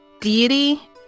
deity